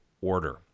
order